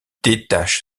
détache